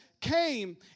came